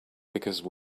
because